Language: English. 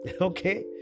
Okay